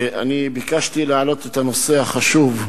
ביקשתי להעלות את הנושא החשוב,